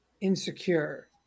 insecure